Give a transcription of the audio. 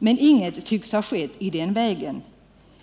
Men inget tycks ha skett i den vägen.